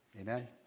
Amen